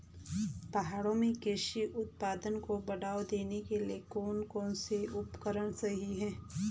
पहाड़ों में कृषि उत्पादन को बढ़ावा देने के लिए कौन कौन से उपकरण सही हैं?